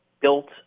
built